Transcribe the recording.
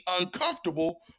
uncomfortable